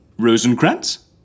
Rosencrantz